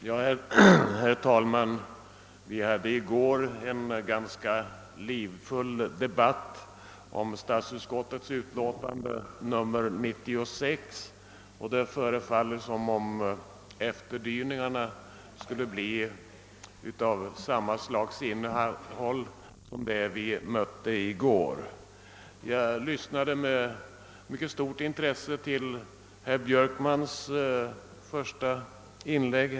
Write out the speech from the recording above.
Herr talman! Vi hade i går en ganska livlig debatt om statsutskottets utlåtande nr 96, och det förefaller som om efterdyningarna skulle göra sig märkbara även i dag. Jag lyssnade med stort intresse till herr Björkmans första inlägg.